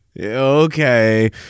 Okay